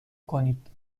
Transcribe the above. کنید